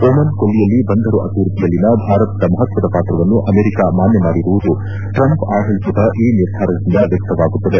Oman ಕೊಲ್ಲಿಯಲ್ಲಿ ಬಂದರು ಅಭಿವೃದ್ದಿಯಲ್ಲಿನ ಭಾರತದ ಮಹತ್ವದ ಪಾತ್ರವನ್ನು ಅಮೆರಿಕ ಮಾನ್ಯ ಮಾಡಿರುವುದು ಟ್ರಂಪ್ ಆಡಳಿತದ ಈ ನಿರ್ಧಾರದಿಂದ ವ್ಯಕ್ತವಾಗುತ್ತದೆ